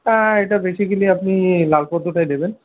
হ্যাঁ এটা বেসিক্যালি আপনি লাল পদ্মটাই দেবেন